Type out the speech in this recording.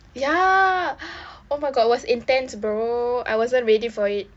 ya oh my god was intense bro I wasn't ready for it